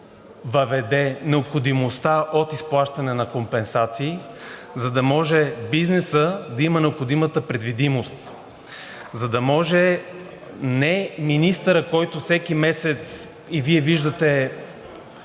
въведе необходимостта от изплащане на компенсации, за да може бизнесът да има необходимата предвидимост, за да може не министърът, който всеки месец, и Вие виждате